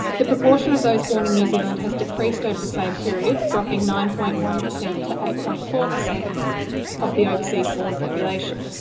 the proportion of those born in new zealand has decreased over the same period, dropping nine point one per cent to eight point four per cent of the overseas-born population.